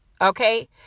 Okay